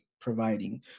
providing